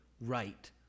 right